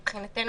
מבחינתנו,